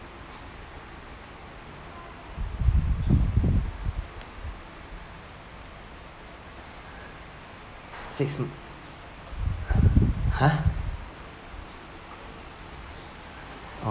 s~ six !huh! uh